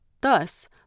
Thus